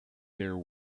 there